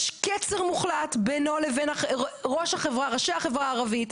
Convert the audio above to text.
יש קצר מוחלט בינו לבין ראשי החברה הערבית,